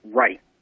right